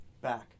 back